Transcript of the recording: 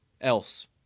else